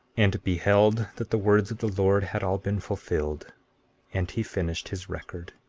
and beheld that the words of the lord had all been fulfilled and he finished his record